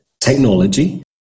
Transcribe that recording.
technology